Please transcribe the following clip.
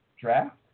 draft